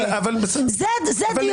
זה הדיון.